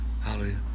Hallelujah